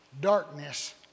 darkness